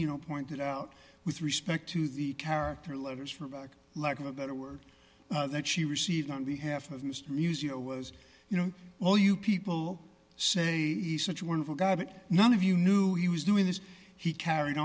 you know pointed out with respect to the character letters for lack of a better word that she received on behalf of mr museo was you know all you people say such a wonderful guy but none of you knew he was doing this he carried